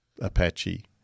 Apache